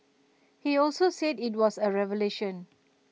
he also said IT was A revolution